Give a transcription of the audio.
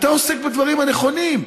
אתה עוסק בדברים הנכונים,